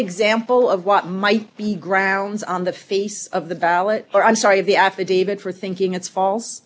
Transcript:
example of what might be grounds on the face of the ballot or i'm sorry the affidavit for thinking it's false